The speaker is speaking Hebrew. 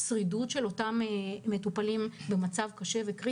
תשפיע על כמות הנפטרים ועל השרידות של מטופלים במצב קשה וקריטי.